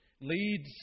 leads